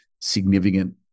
significant